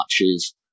matches